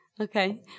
Okay